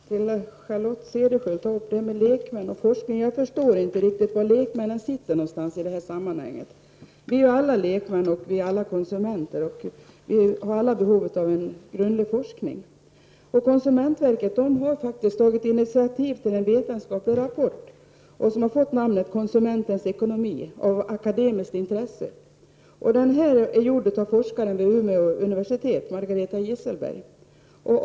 Fru talman! Charlotte Cederschiöld tar upp detta med lekmännen och forskningen. Jag förstår inte riktigt var lekmännen sitter någonstans i sammanhanget. Vi är alla lekmän och vi är konsumenter. Vi har alla behov av en god forskning. Konsumentverket har faktiskt tagit initiativet till en vetenskaplig rapport som fått namnet Konsumentens ekonomi — av akademiskt intresse? Det är en rapport på akademisk nivå, gjord av en forskare vid Umeå universitet, Margareta Gisselberg.